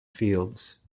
fields